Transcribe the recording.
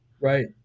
Right